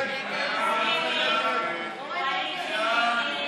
ההסתייגות (86) של חברי הכנסת עמיר פרץ ומרב מיכאלי